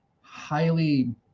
highly